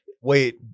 Wait